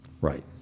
Right